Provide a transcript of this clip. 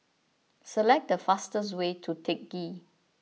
select the fastest way to Teck Ghee